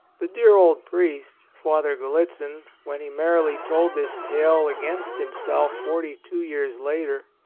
the dear old priest, father gallitzin, when he merrily told this tale against himself forty two years later,